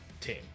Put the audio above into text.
team